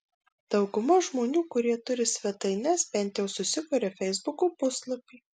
dauguma žmonių kurie turi svetaines bent jau susikuria feisbuko puslapį